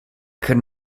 could